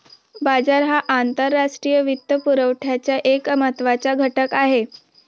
बाजार हा आंतरराष्ट्रीय वित्तपुरवठ्याचा एक महत्त्वाचा घटक आहे